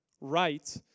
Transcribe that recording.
right